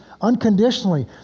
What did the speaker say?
unconditionally